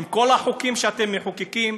עם כל החוקים שאתם מחוקקים,